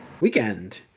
Weekend